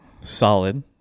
solid